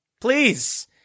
please